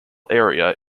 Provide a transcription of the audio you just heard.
area